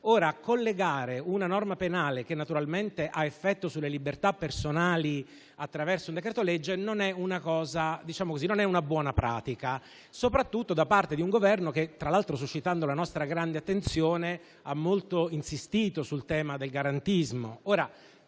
emanare una norma penale, che naturalmente ha effetto sulle libertà personali, attraverso un decreto-legge non è una buona pratica, soprattutto da parte di un Governo che, tra l'altro suscitando la nostra grande attenzione, ha molto insistito sul tema del garantismo.